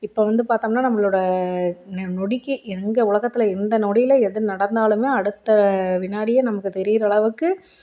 இப்போ வந்து பார்த்தோம்னா நம்மளோட நீ நொடிக்கே எங்கே உலகத்துல எந்த நொடியில எது நடந்தாலுமே அடுத்த வினாடியே நமக்கு தெரியிற அளவுக்கு